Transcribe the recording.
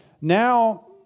now